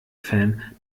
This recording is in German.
fan